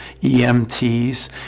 EMTs